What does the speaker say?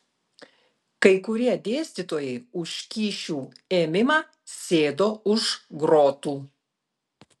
kai kurie dėstytojai už kyšių ėmimą sėdo už grotų